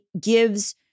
gives